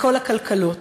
בכל הכלכלות.